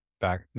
back